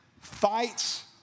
fights